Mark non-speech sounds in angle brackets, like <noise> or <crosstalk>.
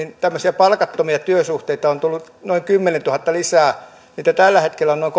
tämmöisiä palkattomia työsuhteita on tullut noin kymmenentuhatta lisää niin että tällä hetkellä sellaisia on noin <unintelligible>